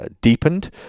deepened